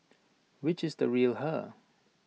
which is the real her